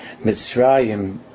Mitzrayim